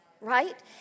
Right